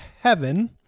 heaven